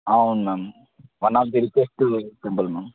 అవును ma'am one of the richest temple ma'am